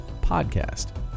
podcast